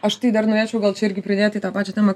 aš tai dar norėčiau gal čia irgi pridėt į tą pačią temą